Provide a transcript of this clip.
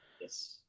Yes